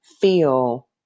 feel